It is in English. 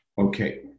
Okay